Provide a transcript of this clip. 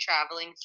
traveling